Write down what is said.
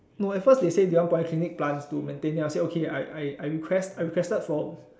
no at first they say they want polyclinic plants to maintain then I say okay I I I request requested for